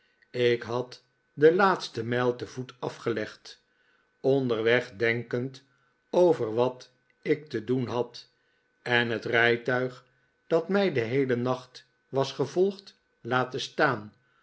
ik had de laatste mijl te voet afgelegd onderweg denkend over wat ik te doen had en het rijtuig dat mij den heelen nacht was gevolgd laten staan